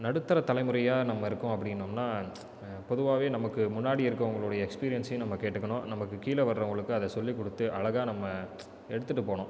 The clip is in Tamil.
நடுத்தர தலைமுறையாக நம்ம இருக்கோம் அப்படின்னா பொதுவாகவே நமக்கு முன்னாடி இருக்கிறவங்களுடைய எக்ஸ்பீரியன்ஸையும் நம்ம கேட்டுக்கணும் நமக்கு கீழே வர்றவங்களுக்கு அதை சொல்லிக் கொடுத்து அழகா நம்ம எடுத்துட்டு போகணும்